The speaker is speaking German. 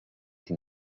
die